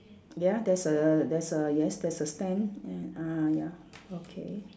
ya there's a there's a yes there's a stand and uh ya okay